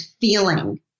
feeling